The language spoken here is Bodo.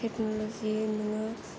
टेक्न'लजि नोङो